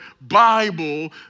Bible